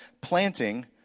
planting